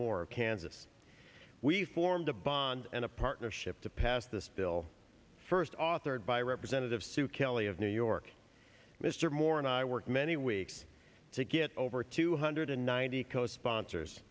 moore of kansas we formed a bond and a partnership to pass this bill first authored by representative sue kelley of new york mr moore and i worked many weeks to get over two hundred and ninety co sponsors